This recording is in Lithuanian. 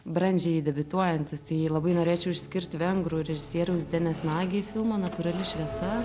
brandžiai debiutuojantys tai labai norėčiau išskirti vengrų režisieriaus denis nagi filmą natūrali šviesa